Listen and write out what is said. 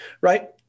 right